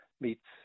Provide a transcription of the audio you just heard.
meets